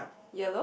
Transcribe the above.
yellow